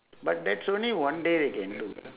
but that's only one day they can do